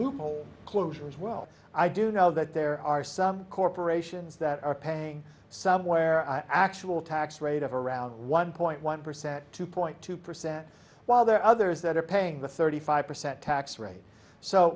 loophole closures well i do know that there are some corporations that are paying somewhere actual tax rate of around one point one percent two point two percent while there are others that are paying the thirty five percent tax rate so